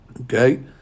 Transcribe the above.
Okay